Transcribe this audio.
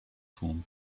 form